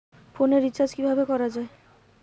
ফোনের রিচার্জ কিভাবে করা যায়?